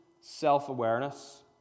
self-awareness